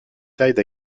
tailles